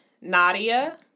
Nadia